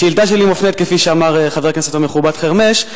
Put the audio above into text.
כפי שאמר חבר הכנסת המכובד חרמש,